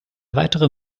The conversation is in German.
weitere